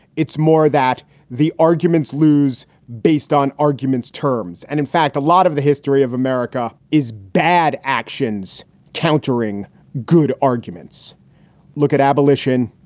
it's more that the arguments lose based on arguments, terms, and in fact, a lot of the history of america is bad actions countering good arguments look at abolition,